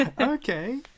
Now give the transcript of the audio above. Okay